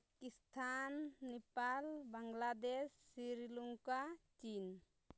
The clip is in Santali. ᱯᱟᱠᱤᱥᱛᱷᱟᱱ ᱱᱮᱯᱟᱞ ᱵᱟᱝᱞᱟᱫᱮᱥ ᱥᱨᱤᱞᱚᱝᱠᱟ ᱪᱤᱱ